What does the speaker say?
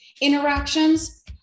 interactions